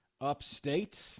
upstate